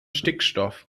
stickstoff